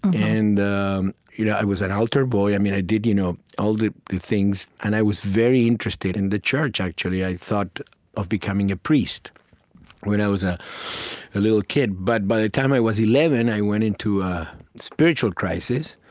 and you know i was an altar boy. i mean, i did you know all the things. and i was very interested in the church, actually. i thought of becoming a priest when i was ah a little kid. but by the time i was eleven, i went into a spiritual crisis,